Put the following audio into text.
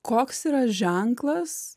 koks yra ženklas